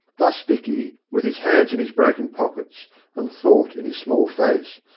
thus dicky, with his hands in his broken pockets and thought in his small face,